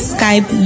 Skype